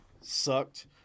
sucked